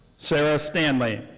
sarah stanley.